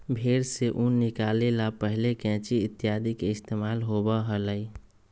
भेंड़ से ऊन निकाले ला पहले कैंची इत्यादि के इस्तेमाल होबा हलय